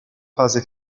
fase